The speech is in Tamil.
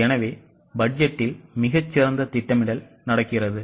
எனவே பட்ஜெட்டில் மிகச் சிறந்த திட்டமிடல் நடக்கிறது